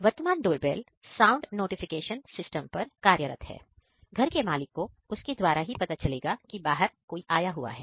वर्तमान door bell sound notification system पर कार्यरत है घर के मालिक को उसके द्वारा ही पता चलेगा कि बाहर कोई आया हुआ है